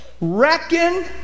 Reckon